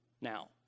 now